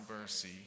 mercy